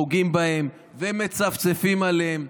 פוגעים בהם ומצפצפים עליהם.